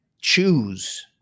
choose